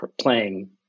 playing